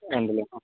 ഉണ്ടല്ലേ ആ